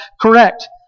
correct